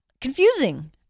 confusing